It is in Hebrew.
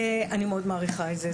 אני מאוד מעריכה את זה,